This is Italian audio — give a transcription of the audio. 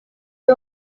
due